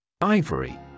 Ivory